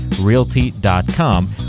realty.com